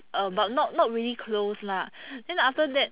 uh but not not really close lah then after that